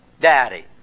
Daddy